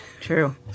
true